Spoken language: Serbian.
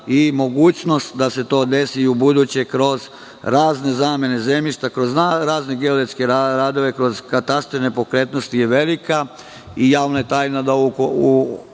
i mogućnost da se to desi i ubuduće kroz razne zamene zemljišta, kroz razne geodetske radove, kroz katastre nepokretnosti je velika i javna je tajna da od kada